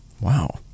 Wow